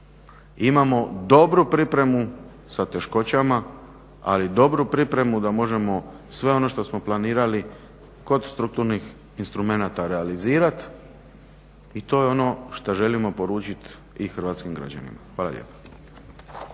imamo dobru pripremu sa teškoćama, ali dobru pripremu da možemo sve ono što smo planirali kod strukturnih instrumenata realizirati i to je ono što želimo poručiti i hrvatskim građanima. Hvala lijepo.